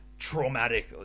traumatic